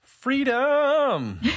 Freedom